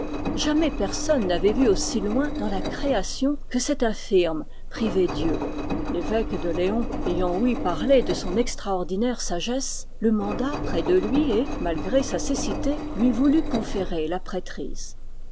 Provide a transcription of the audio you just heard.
jamais personne n'avait vu aussi loin dans la création que cet infirme privé d'yeux l'évêque de léon ayant ouï parler de son extraordi naire sagesse le manda près de lui et malgré sa cécité lui voulut conférer la prêtrise